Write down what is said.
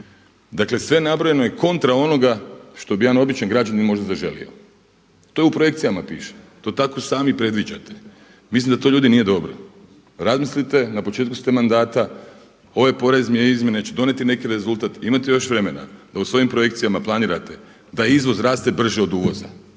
Dakle, sve nabrojano je kontra onoga što bi jedan običan građanin možda zaželio. To u projekcijama piše, to tako sami predviđate. Mislim da to ljudi nije dobro. Razmislite, na početku ste mandata. Ove porezne izmjene će donijeti neki rezultat, imate još vremena da u svojim projekcijama planirate da izvoz raste brže od uvoza.